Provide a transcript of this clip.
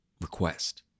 request